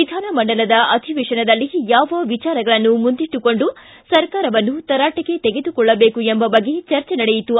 ವಿಧಾನಮಂಡಲದ ಅಧಿವೇಶನದಲ್ಲಿ ಯಾವ ವಿಚಾರಗಳನ್ನು ಮುಂದಿಟ್ಟುಕೊಂಡು ಸರಕಾರವನ್ನು ತರಾಟಿಗೆ ತೆಗೆದುಕೊಳ್ಳಬೇಕು ಎಂಬ ಬಗ್ಗೆ ಚರ್ಚೆ ನಡೆಯಿತು